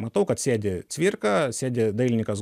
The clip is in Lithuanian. matau kad sėdi cvirka sėdi dailininkas